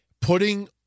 Putting